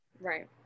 Right